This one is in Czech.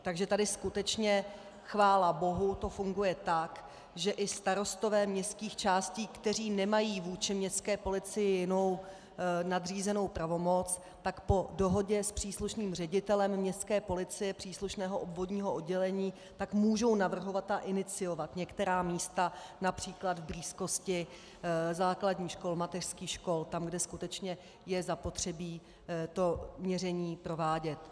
Takže tady to skutečně chválabohu funguje tak, že i starostové městských částí, kteří nemají vůči městské policii jinou nadřízenou pravomoc, po dohodě s příslušným ředitelem městské policie příslušného obvodního oddělení můžou navrhovat a iniciovat některá místa, např. v blízkosti základních škol, mateřských škol, tam, kde skutečně je zapotřebí to měření provádět.